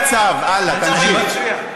אתה לא מכיר את הדברים,